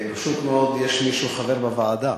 פשוט מאוד, יש מי שהוא חבר בוועדה.